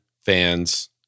Fans